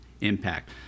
impact